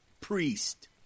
priest